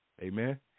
Amen